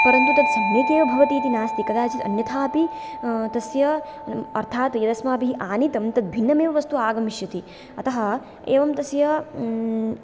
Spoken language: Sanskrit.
परन्तु तत् सम्यक् एव भवति इति नास्ति कदाचित् अन्यथा अपि तस्य अर्थात् यत् अस्माभिः आनीतं तत् भिन्नमेव वस्तु आगमिष्यति अतः एवं तस्य